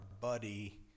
buddy